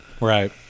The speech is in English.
Right